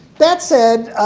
that said,